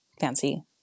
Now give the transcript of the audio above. fancy